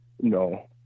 No